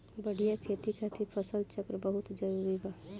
बढ़िया खेती खातिर फसल चक्र बहुत जरुरी बा